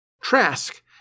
Trask